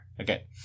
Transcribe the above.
Okay